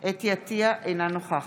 חוה אתי עטייה, אינה נוכחת